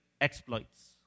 exploits